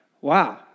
wow